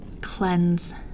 cleanse